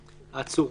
העצור.